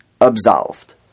absolved